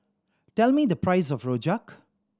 tell me the price of rojak